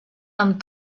amb